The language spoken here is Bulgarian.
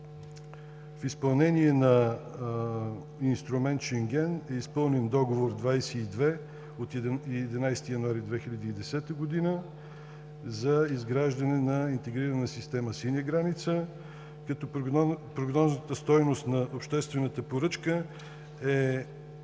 в изпълнение на инструмент Шенген е изпълнен Договор № 22 от 11 януари 2010 г. за изграждане на интегрирана система „Синя граница“ като прогнозната стойност на обществената поръчка е